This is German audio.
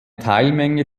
teilmenge